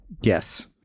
Yes